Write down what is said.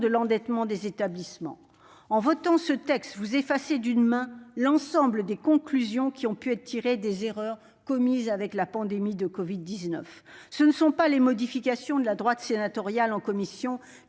de l'endettement des établissements. En votant ce texte, vous effacez d'une main l'ensemble des conclusions qui ont pu être tirées des erreurs commises avant la pandémie de covid-19. Ce ne sont pas les modifications de la droite sénatoriale en commission